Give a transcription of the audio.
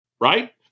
Right